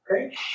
Okay